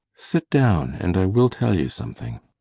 sit down and i will tell you something.